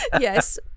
Yes